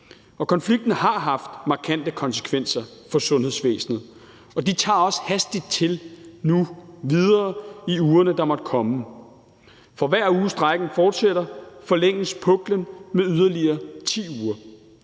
konflikten har haft markante konsekvenser for sundhedsvæsenet, og de tager også hastigt til i ugerne, der måtte komme. For hver uge strejken fortsætter, forlænges puklen med yderligere 10 uger,